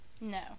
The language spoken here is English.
No